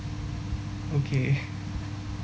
okay